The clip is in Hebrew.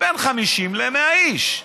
בין 50 ל-100 איש.